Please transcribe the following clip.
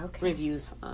reviews